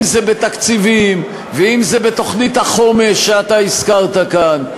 אם בתקציבים, ואם בתוכנית החומש שאתה הזכרת כאן,